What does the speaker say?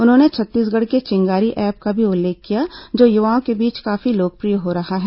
उन्होंने छत्तीसगढ के चिंगारी ऐप का भी उल्लेख किया जो युवाओं के बीच काफी लोकप्रिय हो रहा है